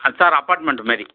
sir apartment மாரி